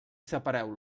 separeu